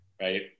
right